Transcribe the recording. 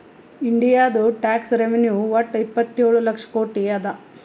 ಇಂಡಿಯಾದು tax revenue ವಟ್ಟ ಇಪ್ಪತ್ತೇಳು ಲಕ್ಷ ಕೋಟಿ ಅದಾ